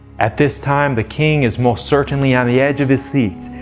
at this time, the king is most certainly on the edge of his seat,